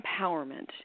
empowerment